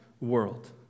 world